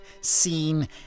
seen